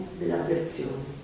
dell'avversione